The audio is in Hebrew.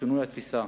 לשינוי התפיסה.